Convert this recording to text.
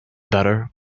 better